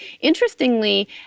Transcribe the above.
interestingly